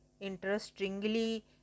interestingly